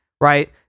right